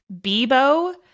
Bebo